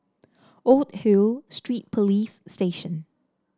Old Hill Street Police Station